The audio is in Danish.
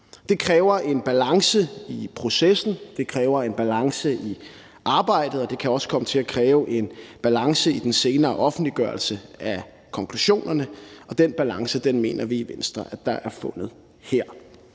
at kræve en balance i den senere offentliggørelse af konklusionerne. Den balance mener vi i Venstre er fundet her.